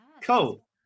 Cool